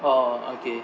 orh okay